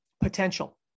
potential